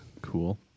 Cool